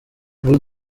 bull